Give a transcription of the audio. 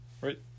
right